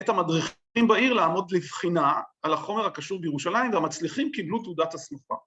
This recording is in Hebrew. ‫את המדריכים בעיר לעמוד לבחינה ‫על החומר הקשור בירושלים, ‫והמצליחים קיבלו תעודת הסמכה.